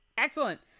Excellent